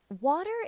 Water